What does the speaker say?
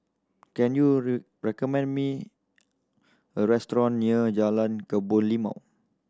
can you ray recommend me a restaurant near Jalan Kebun Limau